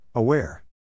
Aware